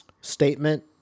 statement